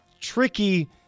tricky